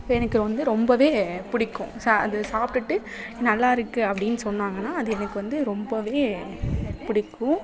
இப்போ எனக்கு வந்து ரொம்பவே பிடிக்கும் அது சாப்பிட்டுட்டு நல்லா இருக்குது அப்டின்னு சொன்னாங்கன்னால் அது எனக்கு வந்து ரொம்பவே பிடிக்கும்